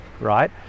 right